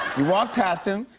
you walked past him.